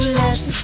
less